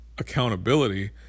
Accountability